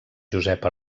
josepa